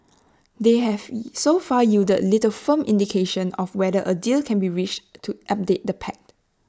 they have so far yielded little firm indication of whether A deal can be reached to update the pact